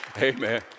Amen